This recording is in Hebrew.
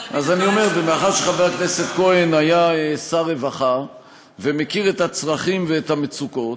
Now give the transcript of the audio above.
מאחר שחבר הכנסת כהן היה שר הרווחה ומכיר את הצרכים ואת המצוקות,